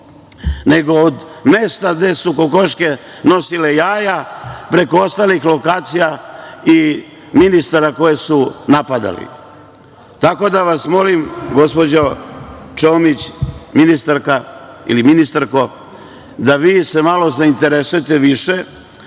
nego od mesta gde su kokoške nosile jaja, preko ostalih lokacija i ministara koje su napadali. Tako da vas molim, gospođo Čomić, ministarka ili ministarko, da se malo zainteresujete više